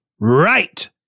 Right